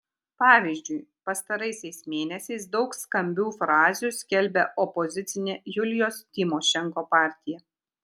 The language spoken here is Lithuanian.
pavyzdžiui pastaraisiais mėnesiais daug skambių frazių skelbia opozicinė julijos tymošenko partija